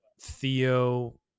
Theo